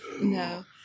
no